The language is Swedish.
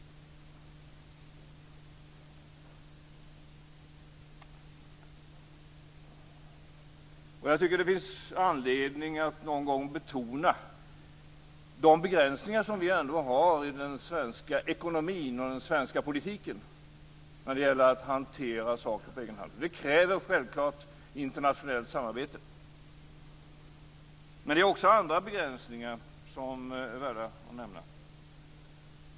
Det finns anledning att någon gång betona de begränsningar vi har i den svenska ekonomin och den svenska politiken när det gäller att hantera saker på egen hand. Det kräver internationellt samarbete. Men det finns också andra begränsningar som är värda att nämna.